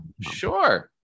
Sure